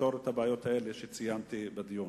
שתפתור את הבעיות האלה שציינתי בדיון.